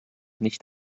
nicht